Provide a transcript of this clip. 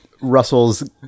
Russell's